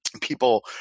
people